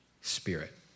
spirit